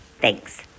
Thanks